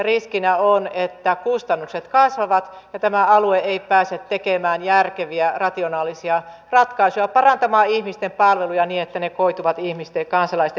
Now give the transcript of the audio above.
riskinä on että kustannukset kasvavat ja tämä alue ei pääse tekemään järkeviä rationaalisia ratkaisuja parantamaan ihmisten palveluja niin että ne koituvat ihmisten kansalaisten hyväksi